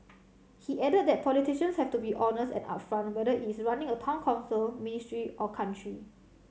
he added that politicians have to be honest and upfront whether is running a Town Council ministry or country